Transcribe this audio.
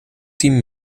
tien